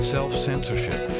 Self-censorship